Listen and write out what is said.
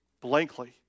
blankly